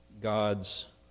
God's